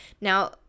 Now